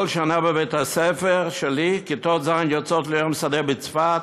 כל שנה בבית-הספר שלי כיתות ז' יוצאות ליום שדה בצפת,